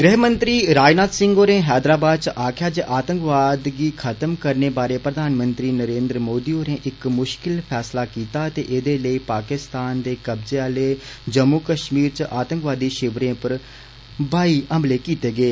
गृहमंत्री राजनाथ सिंह होरें हैदराबाद च आक्खेआ जे आतंकवाद गी खत्म करने बारै प्रधानमंत्री नरेन्द्र मोदी होरें इक मुष्कल फैसला कीता ते एह्दे लेई पाकिस्तान दे कब्जे आले जम्मू कष्मीर च आतंकवादी षिविरें उप्पर ब्हाई हमले कीते गे